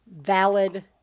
valid